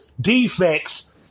defects